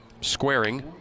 squaring